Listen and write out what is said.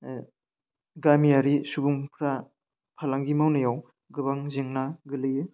गामियारि सुबुफ्रा फालांगि मावनायाव गोबां जेंना गोलैयो